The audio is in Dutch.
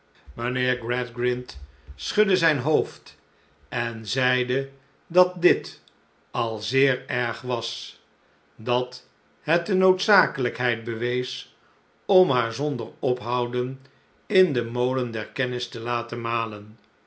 mijnheer gradgrind schudde zijn hoofd en zeide dat dit al zeer erg was dat het de noodzakelijkheid bewees om haar zonder ophouden in den molen der kennis te laten malen